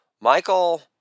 Michael